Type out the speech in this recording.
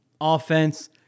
offense